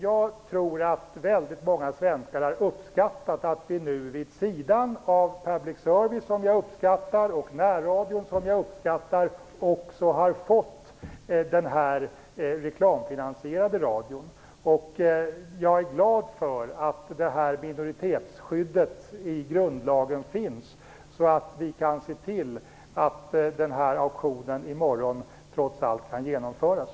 Jag tror att många svenskar har uppskattat att vi nu vid sidan av public service-verksamheten och närradion, som jag uppskattar, också har fått den här reklamfinansierade radion. Jag är glad för att detta minoritetsskydd i grundlagen finns. Då kan vi se till att den här auktionen i morgon trots allt kan genomföras.